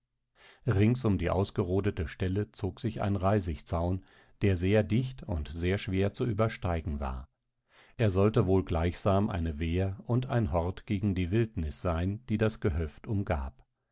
rings um die ausgerodete stelle zog sich ein reisigzaun der sehr dicht und sehr schwer zu übersteigen war er sollte wohl gleichsam eine wehr und ein hort gegen die wildnis sein die das gehöft umgab